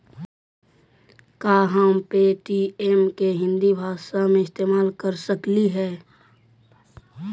का हम पे.टी.एम के हिन्दी भाषा में इस्तेमाल कर सकलियई हे?